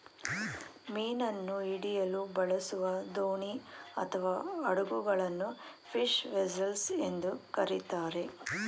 ಮೀನನ್ನು ಹಿಡಿಯಲು ಬಳಸುವ ದೋಣಿ ಅಥವಾ ಹಡಗುಗಳನ್ನು ಫಿಶ್ ವೆಸೆಲ್ಸ್ ಎಂದು ಕರಿತಾರೆ